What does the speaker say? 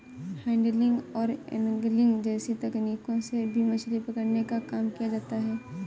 handling और angling जैसी तकनीकों से भी मछली पकड़ने का काम किया जाता है